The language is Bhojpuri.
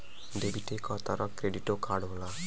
डेबिटे क तरह क्रेडिटो कार्ड होला